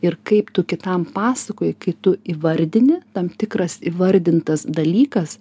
ir kaip tu kitam pasakoji kai tu įvardini tam tikras įvardintas dalykas